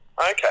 Okay